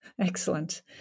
Excellent